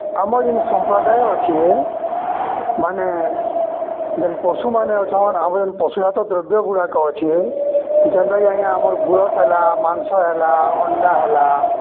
ଆମର୍ ଯେନ୍ ସମ୍ପ୍ରଦାୟ ଅଛେ ମାନେ ଯେନ୍ ପଶୁମାନେ ଅଛନ୍ ଆମର ଯେନ୍ ପଶୁଜାତ ଦ୍ରବ୍ୟଗୁଡ଼ାକ ଅଛେ ଯେନ୍ତାକି ଆଜ୍ଞା ଆମର୍ ଗୁରସ୍ ହେଲା ମାଂସ ହେଲା ଅଣ୍ଡା ହେଲା